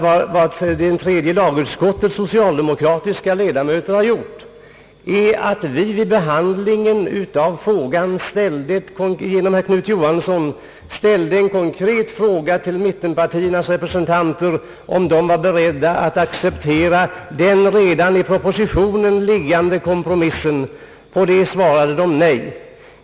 Vad tredje lagutskottets socialdemokratiska ledamöter har gjort är att vi vid behandlingen av frågan — genom Knut Johansson — ställde en konkret fråga till mittenpartiernas representanter, om de var beredda att acceptera den redan i propositionen liggande kompromissen, På det svarade de nej.